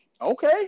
okay